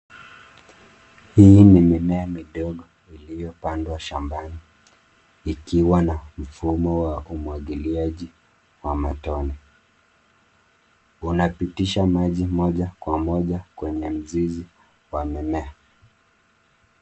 Hii ni mimea midogo iliyopandwa shambani ikiwa na mfumo wa umwagiliaji wa matone. Unapitisha maji moja kwa moja kwenye mzizi wa mimea.